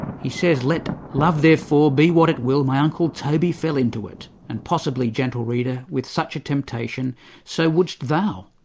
he says, let love therefore be what it will. my uncle toby fell into it, and possibly, gentle reader, with such a temptation so wouldst thou,